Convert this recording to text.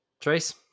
Trace